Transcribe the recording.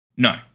No